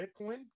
Bitcoin